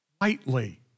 lightly